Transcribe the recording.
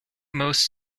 most